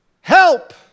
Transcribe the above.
help